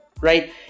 Right